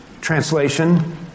translation